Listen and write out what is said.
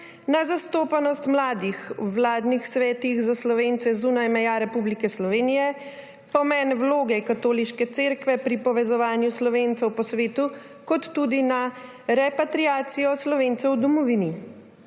na zastopanost mladih v vladnih svetih za Slovence zunaj meja Republike Slovenije; pomen vloge Katoliške cerkve pri povezovanju Slovencev po svetu kot tudi na repatriacijo Slovencev v domovini.